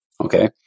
Okay